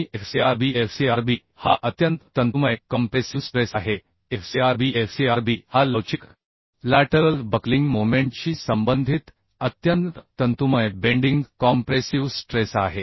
आणि fcrbfcrb हा अत्यंत तंतुमय कॉम्प्रेसिव स्ट्रेस आहे fcrbfcrb हा लवचिक लॅटरल बक्लिंग मोमेंटशी संबंधित अत्यंत तंतुमय बेंडिंग कॉम्प्रेसिव स्ट्रेस आहे